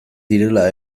direla